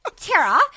Tara